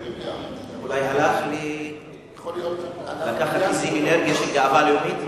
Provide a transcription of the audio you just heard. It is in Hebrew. אולי הלך לקחת איזו אנרגיה של גאווה לאומית?